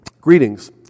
greetings